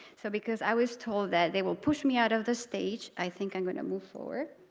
so because i was told that they will push me out of the stage i think i'm going to move forward